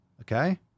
Okay